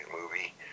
movie